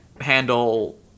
handle